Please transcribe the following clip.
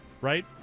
right